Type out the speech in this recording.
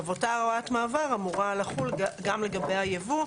אותה הוראת מעבר אמורה לחול גם לגבי הייבוא,